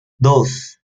dos